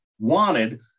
wanted